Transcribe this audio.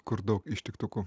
kur daug ištiktukų